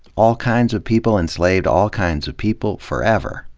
all kinds of people enslaved all kinds of people forever,